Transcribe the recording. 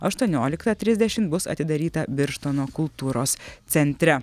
aštuonioliktą trisdešim bus atidaryta birštono kultūros centre